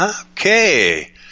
Okay